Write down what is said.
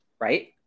right